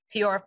PR